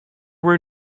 were